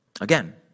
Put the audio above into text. Again